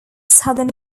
southern